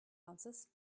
answers